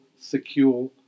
secure